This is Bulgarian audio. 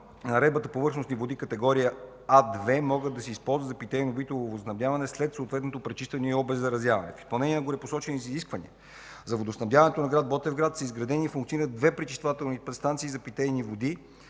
наредбата повърхностни води, категория А-2 могат да се използват за питейно-битово водоснабдяване след съответното пречистване и обеззаразяване. В изпълнение на горепосочените изисквания за водоснабдяването на град Ботевград са изградени и функционират две пречиствателни станции за питейни води.